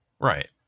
Right